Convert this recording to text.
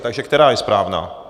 Takže která je správná?